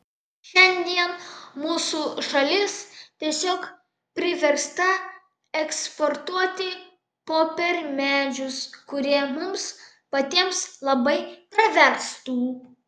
šiandien mūsų šalis tiesiog priversta eksportuoti popiermedžius kurie mums patiems labai praverstų